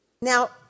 Now